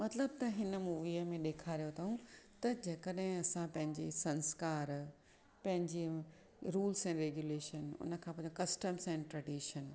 मतिलबु त हिन मूवीअ में ॾेखारियो अथऊं त जंहिंकॾहिं असां पंहिंजे संस्कार पंहिंजी रूल्स ऐंड रेगुलेशन उन खां पोइ त कस्टम्स एंड ट्रैडिशन